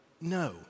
No